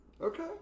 okay